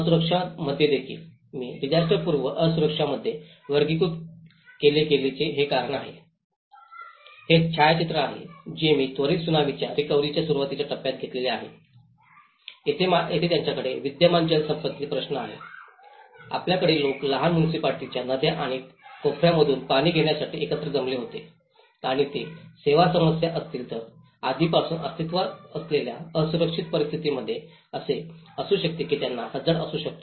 असुरक्षा मध्ये देखील मी डिसास्टर पूर्व असुरक्षा मध्ये वर्गीकृत केले आहे जे कारण हे एक छायाचित्र आहे जे मी त्वरित त्सुनामीच्या रिकव्हरीच्या सुरुवातीच्या टप्प्यात घेतलेले आहे जेथे त्यांच्याकडे विद्यमान जलसंपत्तीचे प्रश्न आहेत आपल्याकडे लोक लहान मुनिसिपालिटीच्या नद्या व कोपऱ्यामधून पाणी घेण्यासाठी एकत्र जमले होते आणि ते सेवा समस्या असतील तर आधीपासून अस्तित्वात असलेल्या असुरक्षित परिस्थितींमध्ये असे असू शकते की त्यांना हझार्ड असू शकतो